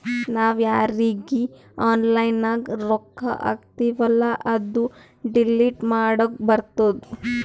ನಾವ್ ಯಾರೀಗಿ ಆನ್ಲೈನ್ನಾಗ್ ರೊಕ್ಕಾ ಹಾಕ್ತಿವೆಲ್ಲಾ ಅದು ಡಿಲೀಟ್ ಮಾಡ್ಲಕ್ ಬರ್ತುದ್